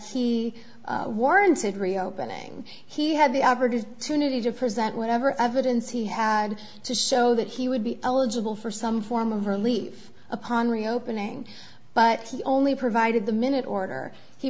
he warranted reopening he had the average of two to present whatever evidence he had to show that he would be eligible for some form of relief upon reopening but he only provided the minute order he